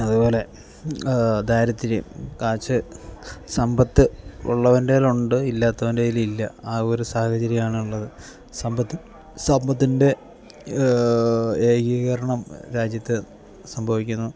അതുപോലെ ദാരിദ്ര്യം കാശ് സമ്പത്ത് ഉള്ളവൻ്റെ കയ്യിലുണ്ട് ഇല്ലാത്തവൻ്റെ കയ്യിലില്ല ആ ഒരു സാഹചര്യമാണുള്ളത് സമ്പത്ത് സമ്പത്തിൻ്റെ ഏകീകരണം രാജ്യത്ത് സംഭവിക്കുന്നു